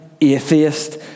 atheist